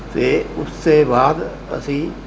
ਅਤੇ ਉਸ ਤੋਂ ਬਾਅਦ ਅਸੀਂ